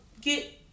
get